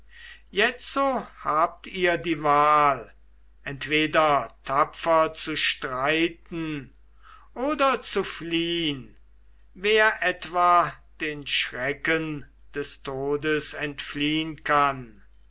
jetzo habt ihr die wahl entweder tapfer zu streiten oder zu fliehn wer etwa den schrecken des todes entfliehn kann